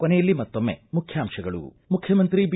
ಕೊನೆಯಲ್ಲಿ ಮತ್ತೊಮ್ಮೆ ಮುಖ್ಯಾಂಶಗಳು ಮುಖ್ಯಮಂತ್ರಿ ಬಿ